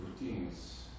routines